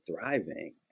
thriving